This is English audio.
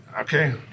okay